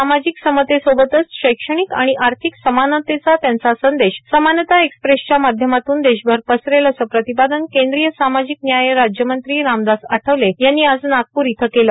सामाजिक समतेसोबतच शैक्षणिक आणि आर्थिक समानतेचा त्यांचा संदेश समानता एक्सप्रेसच्या माध्यमातून देशभर पसरेल असं प्रतिपादन केंद्रीय सामाजिक न्याय राज्यमंत्री रामदास आठवले यांनी आज नागपूर इथं केलं